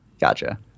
gotcha